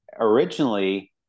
Originally